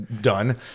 Done